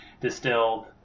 distilled